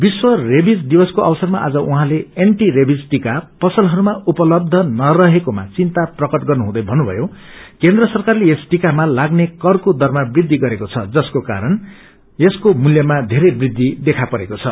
विश्व रेबीज दिवसको अवसरमा आज उहाँले एन्टी रेबीज टीका पसलहरूमा उपलब्ध नरहेकोमा चिनता प्रकट गर्न हुँदै भन्नुभयो केन्द्र सरकारले यस टीकामा लाग्ने करको दरमा वृद्धि गरेको छ जसको कारण यसको मूल्यमा धेरे वृद्धि देखापरेको छ